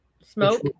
smoke